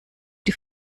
die